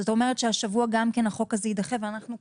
זאת אומרת שהשבוע החוק הזה יידחה וזה כאשר אנחנו,